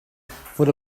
fod